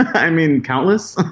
i mean, countless.